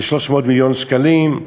ב-300 מיליון שקלים,